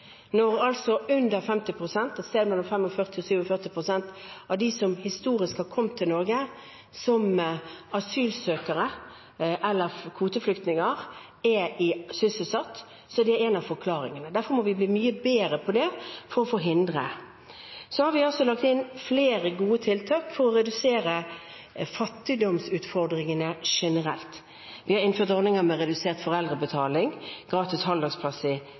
under 50 pst. – et sted mellom 45 pst. og 47 pst. – av dem som har kommet til Norge som asylsøkere eller kvoteflyktninger, er sysselsatt, er det en av forklaringene. Derfor må vi bli mye bedre på det. Så har vi lagt inn flere gode tiltak for å redusere fattigdomsutfordringene generelt. Vi har innført ordninger med redusert foreldrebetaling, gratis halvdagsplass